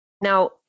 Now